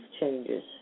changes